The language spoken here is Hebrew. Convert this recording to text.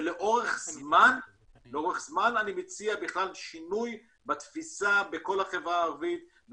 ולאורך זמן אני מציע בכלל שינוי בתפיסה בכל החברה הערבית,